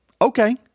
Okay